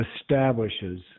establishes